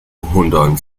hundon